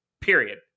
period